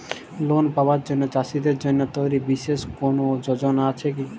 Loan পাবার জন্য চাষীদের জন্য তৈরি বিশেষ কোনো যোজনা আছে কি?